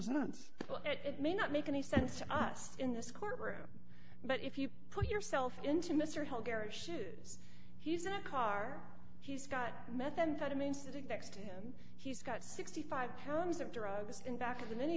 sense it may not make any sense to us in this courtroom but if you put yourself into mr health care if he's in a car he's got methamphetamine sitting next to him he's got sixty five pounds of drugs in back of the